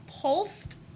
pulsed